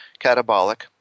catabolic